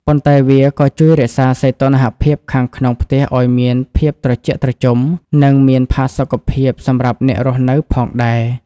ប៉ុន្តែវាក៏ជួយរក្សាសីតុណ្ហភាពខាងក្នុងផ្ទះឱ្យមានភាពត្រជាក់ត្រជុំ និងមានផាសុកភាពសម្រាប់អ្នករស់នៅផងដែរ។